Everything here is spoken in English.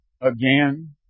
again